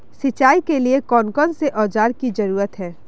सिंचाई के लिए कौन कौन से औजार की जरूरत है?